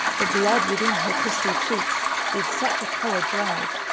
the blood within her crystal cheekes did such a colour drive,